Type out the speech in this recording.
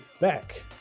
back